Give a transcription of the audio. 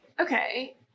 Okay